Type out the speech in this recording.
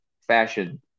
fashion